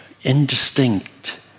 indistinct